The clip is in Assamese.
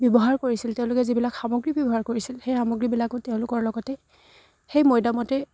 ব্যৱহাৰ কৰিছিল তেওঁলোকে যিবিলাক সামগ্ৰী ব্যৱহাৰ কৰিছিল সেই সামগ্ৰীবিলাকো তেওঁলোকৰ লগতে সেই মৈদামতে